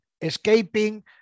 escaping